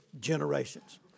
generations